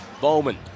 Bowman